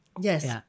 Yes